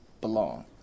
belong